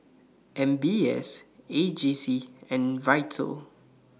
M B S A G C and Vital